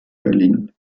berlin